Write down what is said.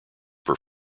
per